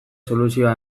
soluzioa